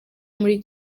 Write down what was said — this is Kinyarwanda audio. muri